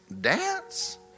dance